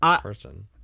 person